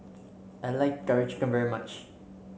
I like Curry Chicken very much